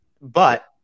But-